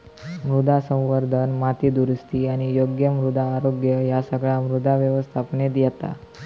मृदा संवर्धन, माती दुरुस्ती आणि योग्य मृदा आरोग्य ह्या सगळा मृदा व्यवस्थापनेत येता